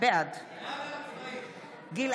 בעד גלעד קריב,